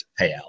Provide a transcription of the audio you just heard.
payout